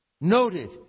noted